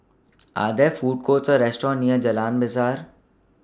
Are There Food Courts Or restaurants near Jalan Besar